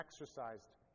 exercised